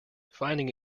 finding